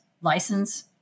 license